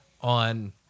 on